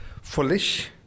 Foolish